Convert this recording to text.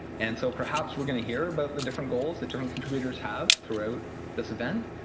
and so perhaps we're going to hear about the different goals that different contributors have throughout this event.